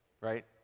right